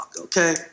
okay